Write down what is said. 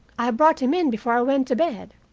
i brought him in before i went to bed.